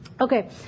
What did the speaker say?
Okay